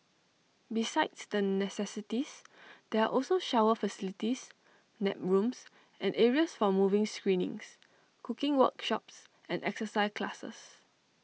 besides the necessities there are also shower facilities nap rooms and areas for movie screenings cooking workshops and exercise classes